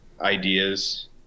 ideas